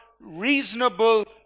reasonable